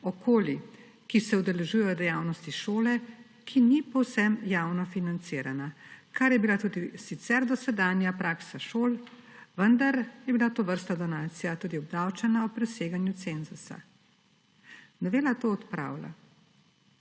okolij, ki se udeležujejo dejavnosti šole, ki ni povsem javno financirana, kar je bila tudi sicer dosedanja praksa šol, vendar je bila tovrstna donacija tudi obdavčena ob preseganju cenzusa. Novela to odpravlja.